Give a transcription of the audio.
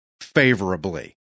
favorably